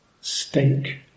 stake